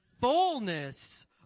fullness